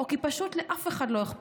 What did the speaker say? או כי פשוט כי לאף אחד לא אכפת?